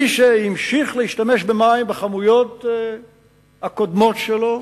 מי שהמשיך להשתמש במים בכמויות הקודמות שלו